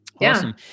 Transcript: Awesome